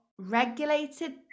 Regulated